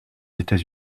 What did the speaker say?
états